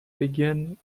begin